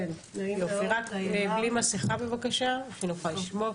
כפי שיודעת